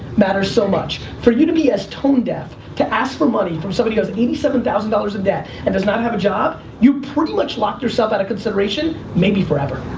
matters so much. for you to be as tone deaf to ask for money from somebody who has eighty seven thousand dollars in debt and does not have a job, you've pretty much locked yourself out of consideration, maybe forever.